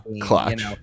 clutch